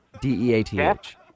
D-E-A-T-H